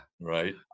Right